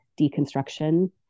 deconstruction